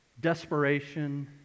desperation